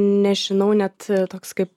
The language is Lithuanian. nežinau net toks kaip